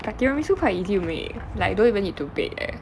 but tiramisu quite easy to make like don't even need to bake leh